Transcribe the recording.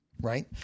right